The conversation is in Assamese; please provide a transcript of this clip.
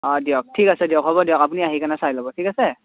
অঁ দিয়ক ঠিক আছে দিয়ক হ'ব দিয়ক আপুনি আহিকিনে চাই ল'ব ঠিক আছে